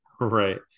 right